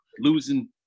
losing –